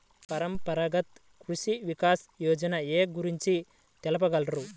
పరంపరాగత్ కృషి వికాస్ యోజన ఏ గురించి తెలుపగలరు?